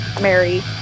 Mary